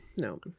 no